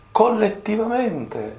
collettivamente